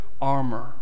armor